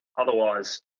otherwise